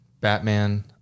Batman